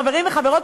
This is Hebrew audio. חברים וחברות,